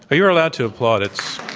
ah you're allowed to applaud. it's